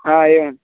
हा एवम्